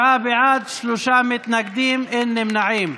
47 בעד, שלושה מתנגדים, אין נמנעים.